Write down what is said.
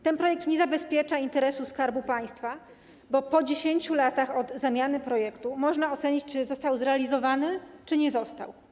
Ten projekt nie zabezpiecza interesu Skarbu Państwa, bo po 10 latach od zamiany można ocenić, czy projekt został zrealizowany, czy nie został.